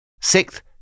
Sixth